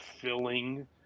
filling